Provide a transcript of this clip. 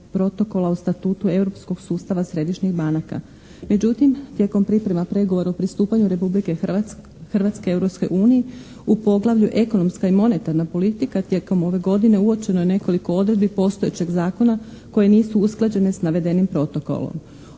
o statutu europskog sustava središnjih banaka. Međutim tijekom priprema pregovora o pristupanju Republike Hrvatske Europskoj uniji u poglavlju ekonomska i monetarna politika tijekom ove godine uočeno je nekoliko odredbi postojećeg zakona koje nisu usklađene s navedenim protokolom.